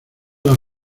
las